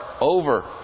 over